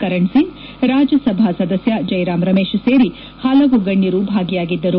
ಕರಣ್ ಸಿಂಗ್ ರಾಜ್ಯ ಸಭಾ ಸದಸ್ಯ ಜೈರಾಂ ರಮೇಶ್ ಸೇರಿ ಹಲವು ಗಣ್ಠರು ಭಾಗಿಯಾಗಿದ್ದರು